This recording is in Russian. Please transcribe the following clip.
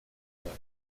вновь